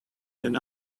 than